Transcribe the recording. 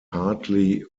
hartley